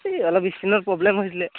এই অলপ স্ক্ৰীণত প্ৰব্লেম হৈছিলে